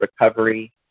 recovery